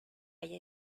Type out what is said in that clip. hay